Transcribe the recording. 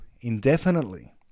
indefinitely